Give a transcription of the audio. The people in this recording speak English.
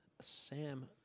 Sam